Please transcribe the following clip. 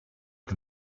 can